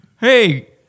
Hey